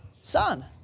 son